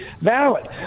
valid